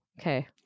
Okay